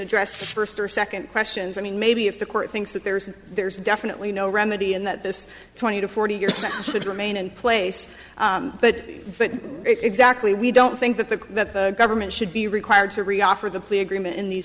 address the first or second questions i mean maybe if the court thinks that there's there's definitely no remedy and that this twenty to forty years should remain in place but exactly we don't think that the government should be required to riyadh for the plea agreement in these